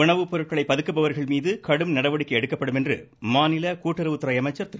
உணவு பொருட்களை பதுக்குபவர்கள் மீது கடும் நடவடிக்கை எடுக்கப்படும் என மாநில கூட்டுறவுத்துறை அமைச்சர் திரு